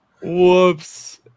Whoops